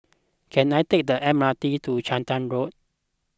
can I take the M R T to Charlton Road